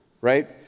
right